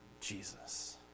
Jesus